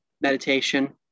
meditation